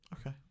Okay